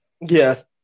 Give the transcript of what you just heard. Yes